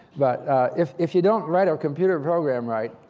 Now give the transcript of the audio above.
but if if you don't write a computer program right,